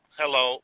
hello